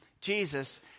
Jesus